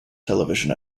television